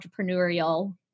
entrepreneurial